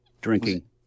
drinking